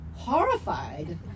Horrified